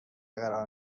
قرار